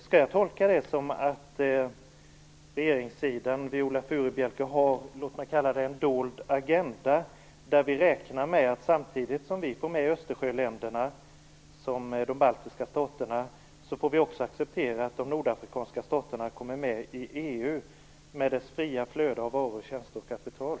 Skall jag tolka det så, Viola Furubjelke, att regeringssidan har en dold agenda, där man räknar med att samtidigt som vi får med Östersjöländerna, t.ex. de baltiska staterna, får vi också acceptera att de nordafrikanska staterna kommer med i EU med dess fria flöde av varor, tjänster och kapital?